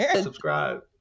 subscribe